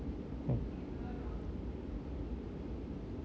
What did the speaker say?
oh